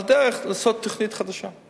אז הדרך היא לעשות תוכנית חדשה.